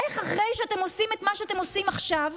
איך, אחרי שאתם עושים את מה שאתם עושים עכשיו?